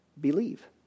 Believe